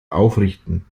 aufrichten